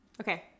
Okay